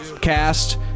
Cast